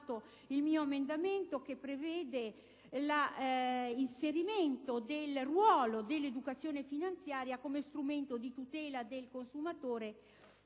Grazie